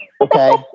Okay